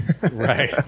right